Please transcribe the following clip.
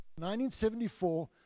1974